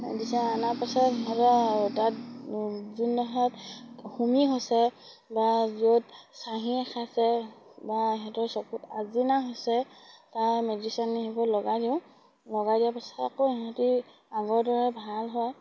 দিছে আনাৰ পাছত সিহঁতৰ তাত যোনডোখৰত হুমি হৈছে বা য'ত চাহীয়ে খাইছে বা সিহঁতৰ চকুত আচিনা হৈছে তাৰ মেডিচিন আনি সেইবোৰ লগাই দিওঁ লগাই দিয়াৰ পিছত আকৌ সিহঁতি আগৰ দৰে ভাল হয়